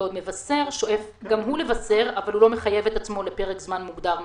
בעוד מבשר שואף גם הוא לבשר אבל לא מחייב את עצמו לפרק זמן מוגדר מראש.